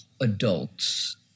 adults